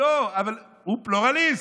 לא, אבל הוא פלורליסט.